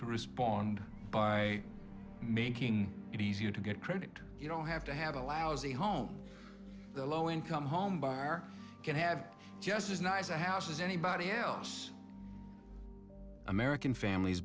to respond by making it easier to get credit you don't have to have a lousy home the low income home buyer can have just as nice a house as anybody else american families